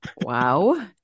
Wow